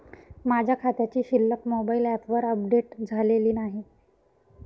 माझ्या खात्याची शिल्लक मोबाइल ॲपवर अपडेट झालेली नाही